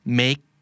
make